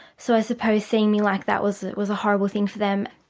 so i suppose seeing me like that was was a horrible thing for them.